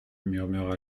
murmura